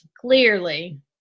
clearly